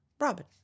Robin